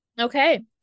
Okay